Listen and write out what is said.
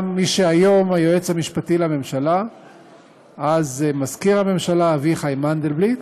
גם מי שהיום הוא היועץ המשפטי לממשלה ואז מזכיר הממשלה אביחי מנדלבליט